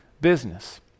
business